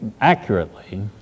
accurately